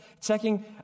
checking